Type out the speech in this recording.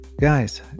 Guys